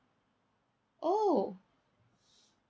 oh